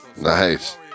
nice